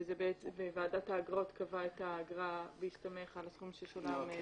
וועדת האגרות קבעה את האגרה בהסתמך על הסכום ששולם.